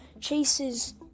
chases